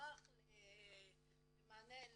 מוערך למענה.